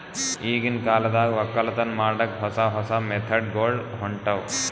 ಈಗಿನ್ ಕಾಲದಾಗ್ ವಕ್ಕಲತನ್ ಮಾಡಕ್ಕ್ ಹೊಸ ಹೊಸ ಮೆಥಡ್ ಗೊಳ್ ಹೊಂಟವ್